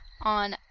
on